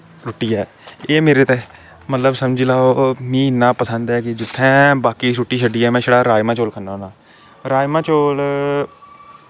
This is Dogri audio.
रुट्टी ऐ एह् मेरे मतलव समझी लैओ मीं इन्ना पसंद ऐ जित्थैं बाकी रुट्टी छड्डियै में छड़े राजमा चौल खन्ना होन्ना राजमा चौल